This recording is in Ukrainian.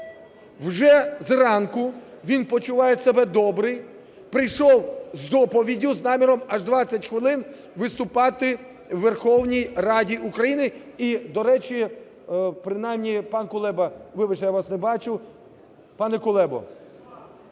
Вже зранку він почуває себе добре, прийшов з доповіддю, з наміром аж 20 хвилин виступати у Верховній Раді України.